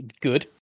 Good